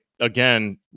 Again